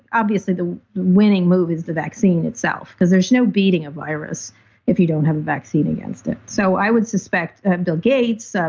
obviously, the winning move is the vaccine itself because there's no beating a virus if you don't have a vaccine against it. so i would suspect bill gates, ah